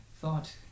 thought